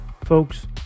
Folks